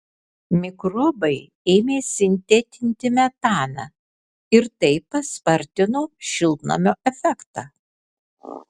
mikrobai ėmė sintetinti metaną ir tai paspartino šiltnamio efektą